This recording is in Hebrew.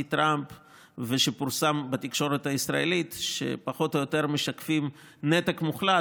טראמפ ושפורסם בתקשורת הישראלית שפחות או יותר משקפים נתק מוחלט.